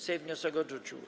Sejm wniosek odrzucił.